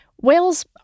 whales